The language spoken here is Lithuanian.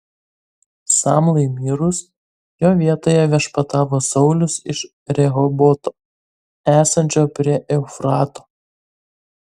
samlai mirus jo vietoje viešpatavo saulius iš rehoboto esančio prie eufrato